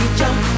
jump